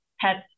pets